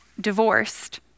divorced